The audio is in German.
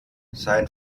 sein